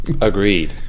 Agreed